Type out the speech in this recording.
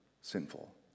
sinful